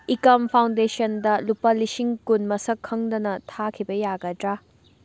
ꯏꯀꯝ ꯐꯥꯎꯟꯗꯦꯁꯟꯗ ꯂꯨꯄꯥ ꯂꯤꯁꯤꯡ ꯀꯨꯟ ꯃꯁꯛ ꯈꯪꯗꯅ ꯊꯥꯈꯤꯕ ꯌꯥꯒꯗ꯭ꯔꯥ